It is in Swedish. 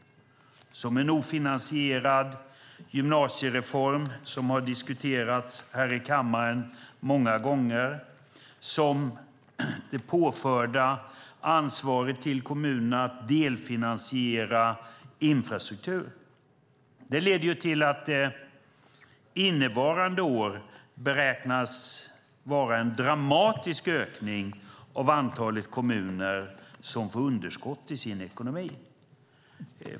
Det handlar till exempel om en ofinansierad gymnasiereform, som har diskuterats här i kammaren många gånger, och det påförda ansvaret för kommunerna att delfinansiera infrastruktur. Det leder till att det innevarande år beräknas bli en dramatisk ökning av antalet kommuner som får underskott i sin ekonomi.